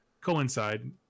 coincide